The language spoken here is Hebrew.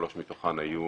שלוש מתוכן היו